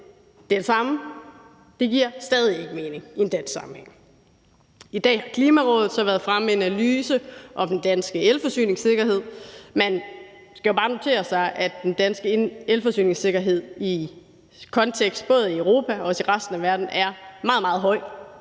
nemlig at det stadig ikke giver mening i en dansk sammenhæng. I dag har Klimarådet så været fremme med en analyse om den danske elforsyningssikkerhed. Man skal jo bare notere sig, at den danske elforsyningssikkerhed i kontekst med både Europa og resten af verden er meget, meget høj;